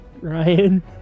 Ryan